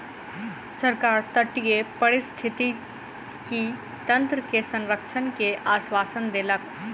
सरकार तटीय पारिस्थितिकी तंत्र के संरक्षण के आश्वासन देलक